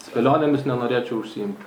spėlionėmis nenorėčiau užsiimt